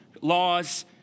laws